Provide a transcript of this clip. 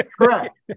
Correct